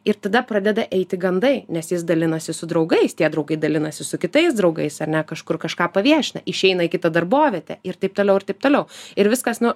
ir tada pradeda eiti gandai nes jis dalinasi su draugais tie draugai dalinasi su kitais draugais ar ne kažkur kažką paviešina išeina į kitą darbovietę ir taip toliau ir taip toliau ir viskas nu